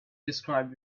described